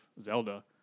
Zelda